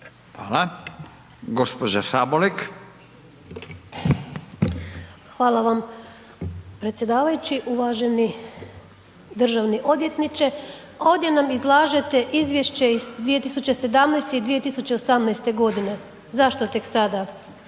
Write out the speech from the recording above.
Snježana (Živi zid)** Hvala vam predsjedavajući. Uvaženi državni odvjetniče, ovdje nam izlažete izvješće iz 2017. i 2018. godine. Zašto tek sada?